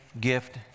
gift